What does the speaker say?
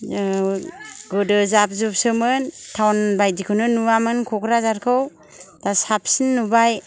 गोदो जाब जुबसोमोन थाउन बायदिखौनो नुवामोन क'क्राझारखौ दा साबसिन नुबाय